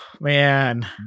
man